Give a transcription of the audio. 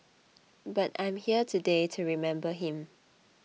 but I'm here today to remember him